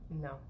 No